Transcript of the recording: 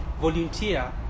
volunteer